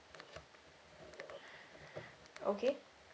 okay